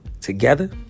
together